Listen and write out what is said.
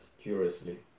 curiously